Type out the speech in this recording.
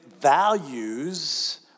values